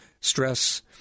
stress